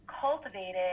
cultivated